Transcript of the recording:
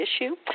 issue